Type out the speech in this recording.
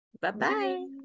bye-bye